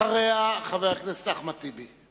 אחריה, חבר הכנסת אחמד טיבי.